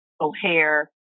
O'Hare